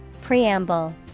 Preamble